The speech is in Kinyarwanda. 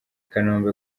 kanombe